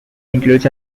includes